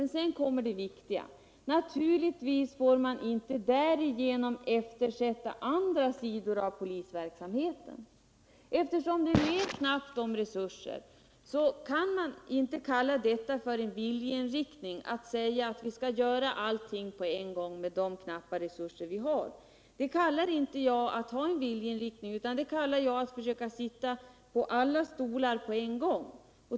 Men sedan kom det viktiga: ”Naturligtvis får man inte därigenom eftersätta andra sidor av polisverksamheten, ——=-.” Eftersom det är knappt om resurser kan det inte kallas en viljeinriktning, om man säger att vi skall göra allting på en gång med de knappa resurser vi har. Tvärtom är det att försöka sitta på alla stolar samtidigt.